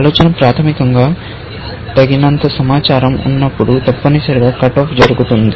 ఆలోచన ప్రాథమికంగా తగినంత సమాచారం ఉన్నప్పుడు తప్పనిసరిగా కట్ ఆఫ్ జరుగుతుంది